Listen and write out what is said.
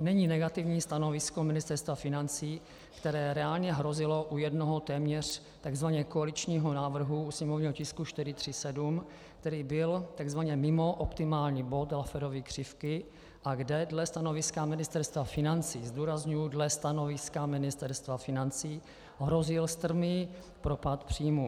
není negativní stanovisko Ministerstva financí, které reálně hrozilo u jednoho téměř takzvaně koaličního návrhu u sněmovního tisku 437, který byl takzvaně mimo optimální bod Lafferovy křivky a kde dle stanoviska Ministerstva financí zdůrazňuji: dle stanoviska Ministerstva financí hrozil strmý propad příjmů.